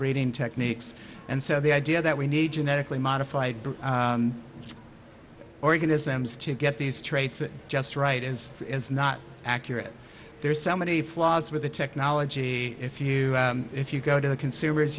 breeding techniques and so the idea that we need genetically modified organisms to get these traits just right is it's not accurate there's so many flaws with the technology if you if you go to the consumers